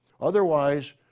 Otherwise